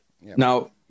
Now